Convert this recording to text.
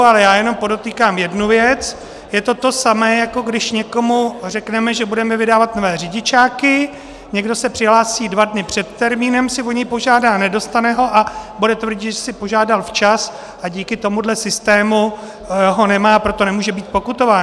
Ale já jenom podotýkám jednu věc, je to to samé, jako když někomu řekneme, že budeme vydávat nové řidičáky, někdo se přihlásí, dva dny před termínem si o něj požádá a nedostane ho a bude tvrdit, že si požádal včas a díky tomuhle systému ho nemá, proto nemůže být pokutován.